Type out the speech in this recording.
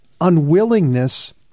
unwillingness